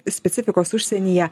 specifikos užsienyje